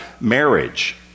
marriage